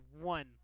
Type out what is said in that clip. one